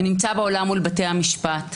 הוא נמצא בעולם מול בתי המשפט,